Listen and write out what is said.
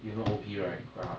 if not O_P right quite hard